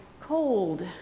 cold